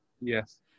Yes